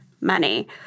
money